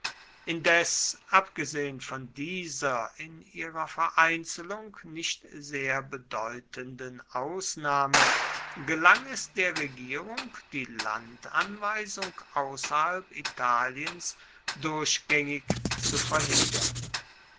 indes abgesehen von dieser in ihrer vereinzelung nicht sehr bedeutenden ausnahme gelang es der regierung die landanweisung außerhalb italiens durchgängig zu verhindern